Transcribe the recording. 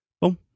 Bom